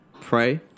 Pray